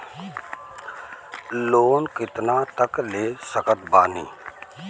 Loan कितना तक ले सकत बानी?